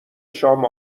شام